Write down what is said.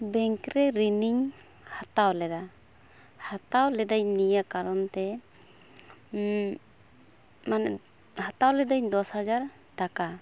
ᱵᱮᱝᱠᱨᱮ ᱨᱤᱱᱤᱧ ᱦᱟᱛᱟᱣ ᱞᱮᱫᱟ ᱦᱟᱛᱟᱣ ᱞᱤᱫᱟᱹᱧ ᱱᱤᱭᱟᱹ ᱠᱟᱨᱚᱱᱛᱮ ᱢᱟᱱᱮ ᱦᱟᱛᱟᱣ ᱞᱤᱫᱟᱹᱧ ᱫᱚᱥ ᱦᱟᱡᱟᱨ ᱴᱟᱠᱟ